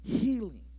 healing